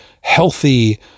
healthy